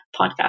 podcast